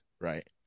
right